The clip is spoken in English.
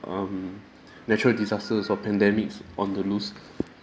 um natural disasters or pandemics on the loose